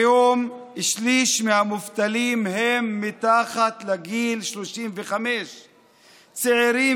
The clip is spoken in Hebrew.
כיום שליש מהמובטלים הם מתחת לגיל 35. צעירים